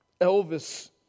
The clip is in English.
Elvis